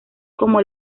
como